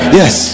yes